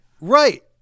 Right